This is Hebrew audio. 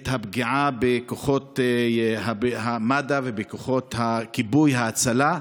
הפגיעה בכוחות מד"א ובכוחות הכיבוי וההצלה.